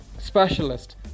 specialist